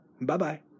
Bye-bye